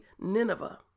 Nineveh